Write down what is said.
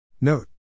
Note